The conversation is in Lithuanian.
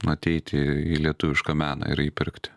ateiti į lietuvišką meną ir jį pirkti